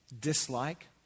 dislike